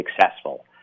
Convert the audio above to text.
successful